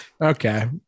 Okay